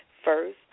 First